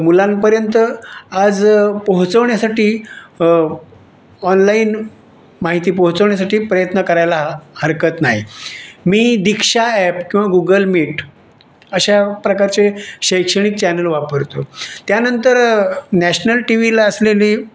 मुलांपर्यंत आज पोहोचवण्यासाठी ऑनलाईन माहिती पोहोचवण्यासाठी प्रयत्न करायला हरकत नाही मी दीक्षा ॲप किंवा गुगल मिट अशा प्रकारचे शैक्षणिक चॅनल वापरतो त्यानंतर नॅशनल टी वीला असलेली